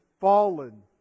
fallen